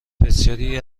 بسیاری